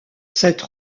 cette